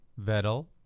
Vettel